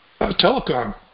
telecom